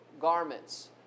garments